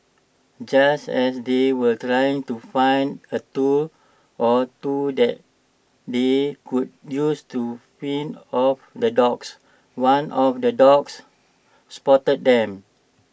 just as they were trying to find A tool or two that they could use to fend off the dogs one of the dogs spotted them